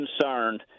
concerned